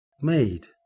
made